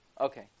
Okay